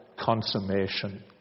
consummation